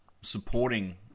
supporting